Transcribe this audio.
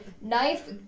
knife